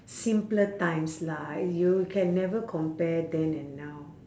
simpler times lah you can never compare then and now